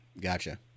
Gotcha